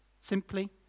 simply